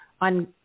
on